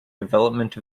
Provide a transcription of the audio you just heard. development